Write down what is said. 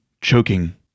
choking